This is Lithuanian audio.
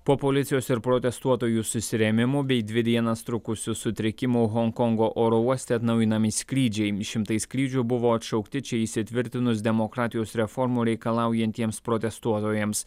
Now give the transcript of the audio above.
po policijos ir protestuotojų susirėmimų bei dvi dienas trukusių sutrikimų honkongo oro uoste atnaujinami skrydžiai šimtai skrydžių buvo atšaukti čia įsitvirtinus demokratijos reformų reikalaujantiems protestuotojams